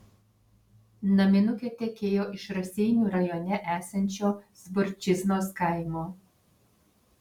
naminukė tekėjo iš raseinių rajone esančio zborčiznos kaimo